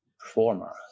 performer